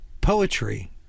Poetry